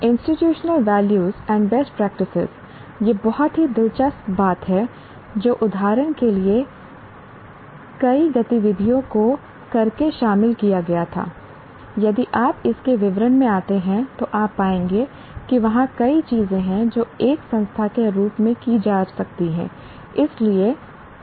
institutional value and best practices यह बहुत ही दिलचस्प बात है जो उदाहरण के लिए कई गतिविधियों को करके शामिल किया गया था यदि आप इस के विवरण में आते हैं तो आप पाएंगे कि वहां कई चीजें हैं जो एक संस्था के रूप में की जा सकती हैं इसलिए उसके लिए 100 अंक हैं